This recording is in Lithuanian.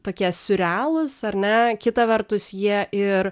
tokie surrealūs ar ne kita vertus jie ir